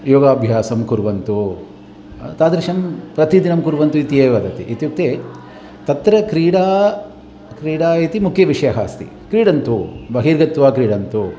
योगाभ्यासं कुर्वन्तु तादृशं प्रतिदिनं कुर्वन्तु इत्येव वदति इत्युक्ते तत्र क्रीडा क्रीडा इति मुख्यविषयः अस्ति क्रीडन्तु बहिर्गत्वा क्रीडन्तु